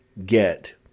get